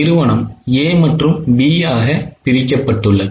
நிறுவனம் A மற்றும் B ஆக பிரிக்கப்பட்டுள்ளது